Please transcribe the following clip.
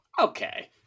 Okay